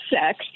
sex